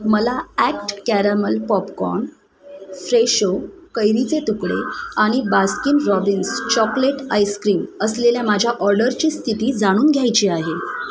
मला act caramel popcorn Fresho कैरीचे तुकडे आणि बास्किन रॉबिन्स चॉकलेट आईस्क्रीम असलेल्या माझ्या ऑर्डरची स्थिती जाणून घ्यायची आहे